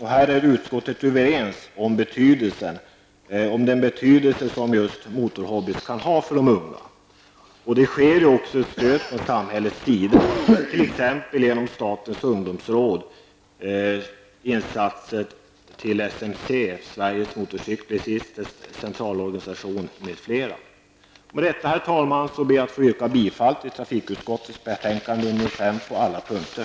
Här är utskottet överens om den betydelse som en motorhobby kan ha för de unga. De finns ju också stöd från samhället t.ex. genom statens ungdomsråd till Sveriges motorcyklisters centralorganisation m.fl. Därmed, herr talman, yrkar jag bifall till hemställan i trafikutskottets betänkande nr 5 på alla punkter.